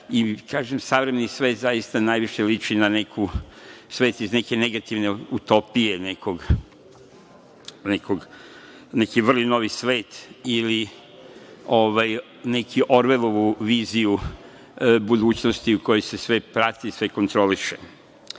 i kažem savremeni svet zaista najviše liči na neki svet iz neke negativne utopije, neki vrli novi svet ili neku Orvelovu viziju budućnosti u kojoj se sve prati, sve kontroliše. Bilo